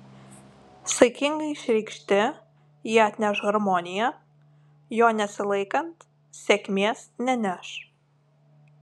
saikingai išreikšti jie atneš harmoniją jo nesilaikant sėkmės neneš